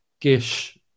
gish